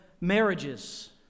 marriages